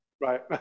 Right